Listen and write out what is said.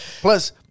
Plus